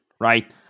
right